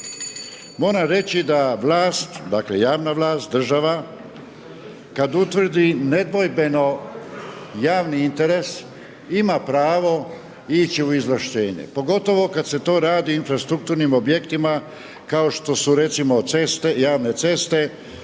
moram reći da vlast, dakle javna vlast, država, kada utvrdi nedvojbeno javni interes ima pravo ići u izvlaštenje, pogotovo kada se to radi infrastrukturnim objektima kao što su recimo ceste,